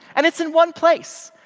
and it is in one place.